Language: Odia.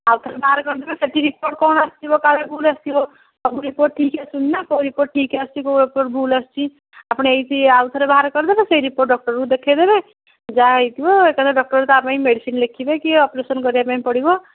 ଆଉଥରେ ବାହାର କରିଦେବେ ସେଠି ରିପୋର୍ଟ କ'ଣ ଆସିଥିବ କାଳେ ଭୁଲ୍ ଆସିଥିବ ସବୁ ରିପୋର୍ଟ ଠିକ୍ ଆସୁନି ନା କେଉଁ ରିପୋର୍ଟ ଠିକ୍ ଆସୁଛି କେଉଁ ରିପୋର୍ଟ ଭୁଲ୍ ଆସୁଛି ଆପଣ ଏଇଠି ଆଉଥରେ ବାହାର କରିଦେବେ ସେଇ ରିପୋର୍ଟ ଡକ୍ଟର୍କୁ ଦେଖେଇଦେବେ ଯାହା ହେଇଥିବ ଏକାଥରେ ଡକ୍ଟର୍ ତା' ପାଇଁ ମେଡ଼ିସିନ୍ ଲେଖିବେ କି ତା ପାଇଁ ଅପରେସନ୍ କରିବା ପାଇଁ ପଡ଼ିବ